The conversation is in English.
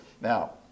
Now